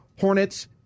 Hornets